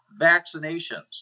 vaccinations